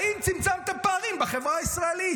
האם צמצמתם פערים בחברה הישראלית?